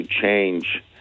change